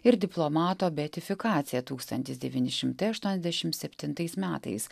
ir diplomato beatifikaciją tūkstantis devyni šimtai aštuoniasdešim septintais metais